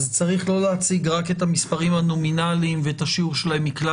צריך לא להציג רק את המספרים הנומינליים ואת השיעור שלהם מכלל